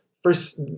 First